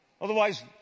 Otherwise